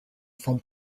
from